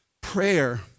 prayer